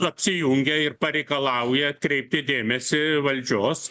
apsijungia ir pareikalauja atkreipti dėmesį valdžios